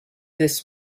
this